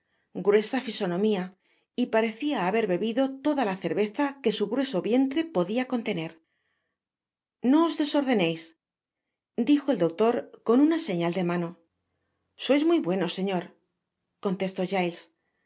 gruesa fisonomia y parecia haber bebido toda la cerveza que su grueso vientre podia contener no os desordeneis dijo el doctor con una señal de mano sois muy bueno señor contestó